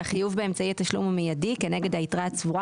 החיוב באמצעי התשלום הוא מיידי כנגד היתרה הצבורה,